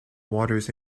waters